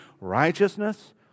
righteousness